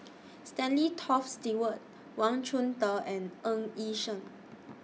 Stanley Toft Stewart Wang Chunde and Ng Yi Sheng